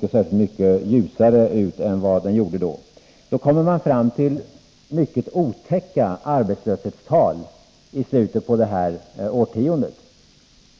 se särskilt mycket ljusare ut än vad den gjorde då — kommer man fram till mycket otäcka arbetslöshetstal i slutet av detta årtionde.